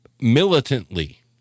militantly